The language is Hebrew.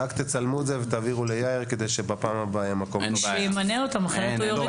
רק תצלמו את זה ותעבירו ליאיר כדי שבפעם הבאה --- בניגוד אליכם.